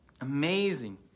Amazing